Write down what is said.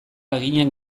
haginak